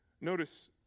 Notice